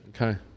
Okay